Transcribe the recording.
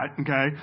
okay